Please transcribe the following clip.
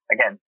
Again